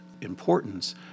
importance